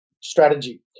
strategy